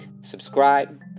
subscribe